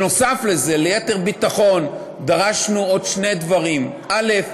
נוסף על זה, ליתר ביטחון דרשנו עוד שני דברים: א.